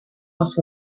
sauce